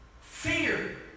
fear